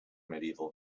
medieval